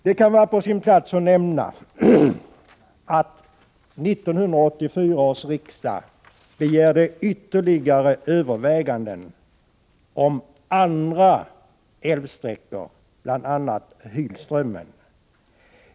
Det kan vara på sin plats att nämna att 1984 års riksdag begärde ytterligare överväganden om andra älvsträckor, bl.a. Hylströmmen.